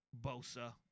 Bosa